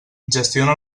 gestiona